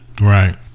Right